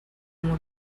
uma